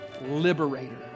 liberator